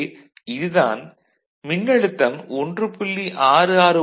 எனவே இது தான் மின்னழுத்தம் 1